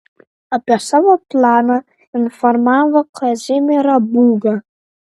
apie savo planą informavo kazimierą būgą